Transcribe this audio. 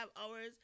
hours